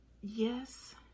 Yes